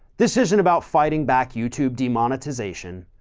this isn't about fighting back youtube demonetization.